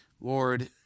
Lord